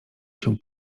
się